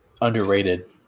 underrated